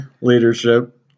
leadership